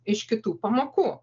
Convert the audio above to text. iš kitų pamokų